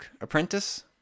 apprentice